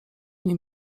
nim